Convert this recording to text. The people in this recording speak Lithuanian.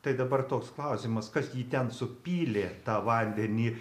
tai dabar toks klausimas kas jį ten supylė tą vandenį